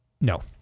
No